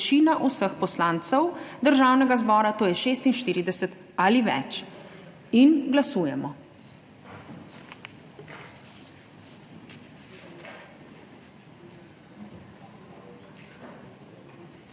vseh poslancev Državnega zbora, to je 46 ali več. Glasujemo.